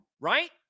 right